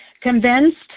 Convinced